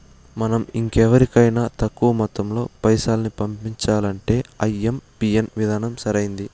మనం ఇంకెవరికైనా తక్కువ మొత్తంలో పైసల్ని పంపించాలంటే ఐఎంపిన్ విధానం సరైంది